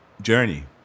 journey